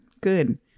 Good